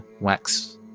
wax